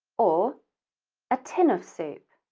or a tin of soup.